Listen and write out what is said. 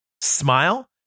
smile